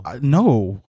No